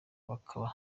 bakaba